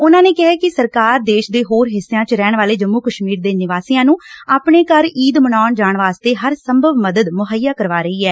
ਉਨਾਂ ਕਿਹਾ ਕਿ ਸਰਕਾਰ ਦੇਸ਼ ਦੇ ਹੋਰ ਹਿੱਸਿਆਂ ਚ ਰਹਿਣ ਵਾਲੇ ਜੰਮੁ ਕਸ਼ਮੀਰ ਦੇ ਨਿਵਾਸੀਆਂ ਨੂੰ ਆਪਣੇ ਘਰ ਈਦ ਮਨਾਉਣ ਜਾਣ ਵਾਸਤੇ ਹਰ ਸੰਭਵ ਮਦਦ ਮੁਹੱਈਆ ਕਰਵਾ ਰਹੀ ਐ